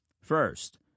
First